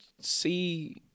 see